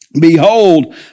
Behold